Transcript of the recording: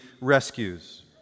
rescues